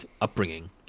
upbringing